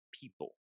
people